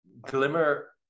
glimmer